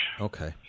Okay